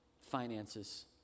finances